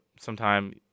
sometime